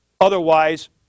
Otherwise